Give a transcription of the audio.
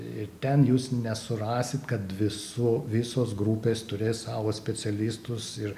ir ten jūs nesurasit kad visų visos grupės turės savo specialistus ir